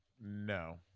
No